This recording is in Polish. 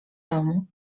domu